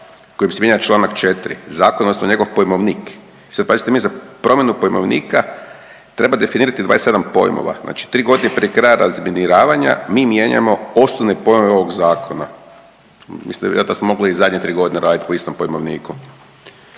kojim se mijenja članak 4. zakona, odnosno njegov pojmovnik. I sad pazite mi za promjenu pojmovnika treba definirati 27 pojmova. Znači tri godine prije kraja razminiravanja mi mijenjamo osnovne pojmove ovog zakona. Mislim da smo mogli i zadnje tri godine raditi po istom pojmovniku.